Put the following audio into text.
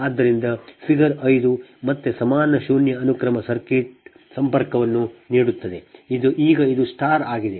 ಆದ್ದರಿಂದ ಫಿಗರ್ 5 ಮತ್ತೆ ಸಮಾನ ಶೂನ್ಯ ಅನುಕ್ರಮ ಸರ್ಕ್ಯೂಟ್ ಸಂಪರ್ಕವನ್ನು ನೀಡುತ್ತದೆ ಈಗ ಇದು ಸ್ಟಾರ್ ಆಗಿದೆ